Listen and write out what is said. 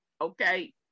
okay